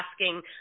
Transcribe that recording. asking